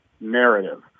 narrative